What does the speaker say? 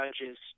Judges